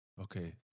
okay